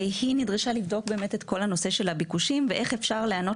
והיא נדרשה לבדוק את כל הנושא של הביקושים ואיך אפשר לענות